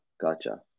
gotcha